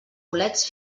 bolets